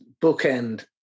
bookend